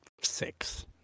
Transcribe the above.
six